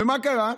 ומה קרה?